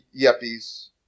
Yuppies